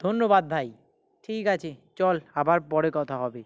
ধন্যবাদ ভাই ঠিক আছে চল আবার পরে কথা হবে